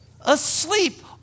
asleep